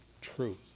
truth